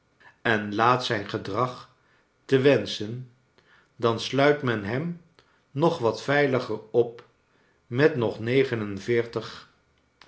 en laat zijn gedrag te wenschen dan sluit men hem nog wat veiliger op met nog negenenveextig